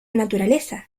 naturaleza